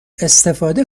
استفاده